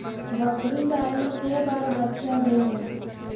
बकरी साल मे के बार बच्चा दे है?